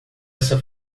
essa